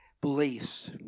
beliefs